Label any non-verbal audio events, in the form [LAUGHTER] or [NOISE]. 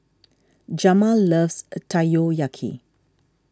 Jamal loves [UNINTELLIGIBLE]